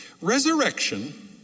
Resurrection